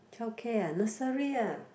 childcare ah nursery ah